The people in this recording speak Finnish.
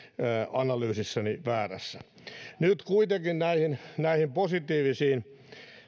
analyysissani väärässä nyt kuitenkin näihin positiivisiin